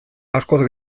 askoz